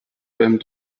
beim